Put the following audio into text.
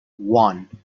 one